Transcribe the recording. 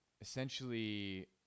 essentially